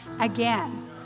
again